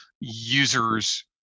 users